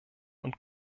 und